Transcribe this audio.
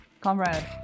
comrade